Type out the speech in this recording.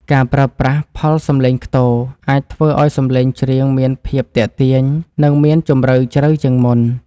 ការប្រើប្រាស់ផលសំឡេងខ្ទរអាចធ្វើឱ្យសំឡេងច្រៀងមានភាពទាក់ទាញ និង មានជម្រៅជ្រៅជាងមុន។